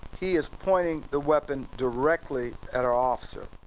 he is pointing the weapon directly at our officer.